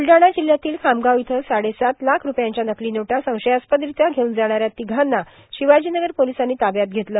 ब्लडाणा जिल्ह्यातील खामगाव इथं साडेसात लाख रुपयांच्या नकलो नोटा संशयास्पर्दारत्या घेवून जाणाऱ्या र्तिघांना र्शिवाजी नगर पोलिसांनी ताब्यात घेतलं